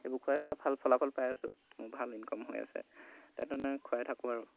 সেইবোৰ খুৱাই এটা ভাল ফলাফল পাই আছোঁ মোৰ ভাল ইনকাম হৈ আছে তেনেধৰণে খুৱাই থাকোঁ আৰু